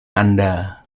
anda